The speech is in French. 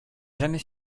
jamais